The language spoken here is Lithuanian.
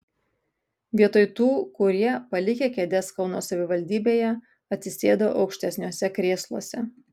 vietoj tų kurie palikę kėdes kauno savivaldybėje atsisėdo aukštesniuose krėsluose